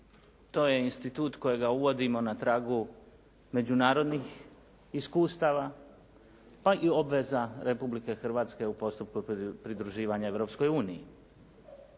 To je institut kojega uvodimo na tragu međunarodnih iskustava, pa i obveza Republike Hrvatske u postupku pridruživanja Europskoj uniji.